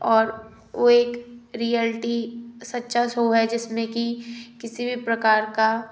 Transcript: और वो एक रियल्टी सच्चा शो है जिसमें कि किसी भी प्रकार का